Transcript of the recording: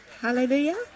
Hallelujah